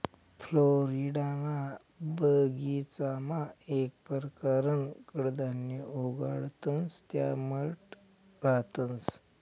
फ्लोरिडाना बगीचामा येक परकारनं कडधान्य उगाडतंस त्या मठ रहातंस